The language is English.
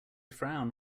frown